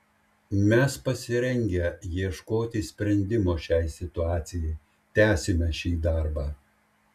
mes pasirengę ieškoti sprendimo šiai situacijai tęsime šį darbą